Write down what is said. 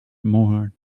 more